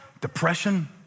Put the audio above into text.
depression